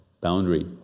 boundary